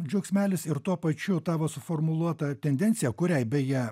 džiaugsmelis ir tuo pačiu tavo suformuluota tendencija kuriai beje